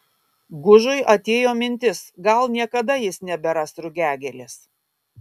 gužui atėjo mintis gal niekada jis neberas rugiagėlės